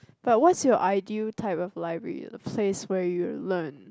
but what's your ideal type of library a place where you learn